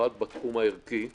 אחד, בתחום הערכי המוסרי.